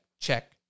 check